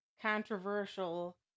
controversial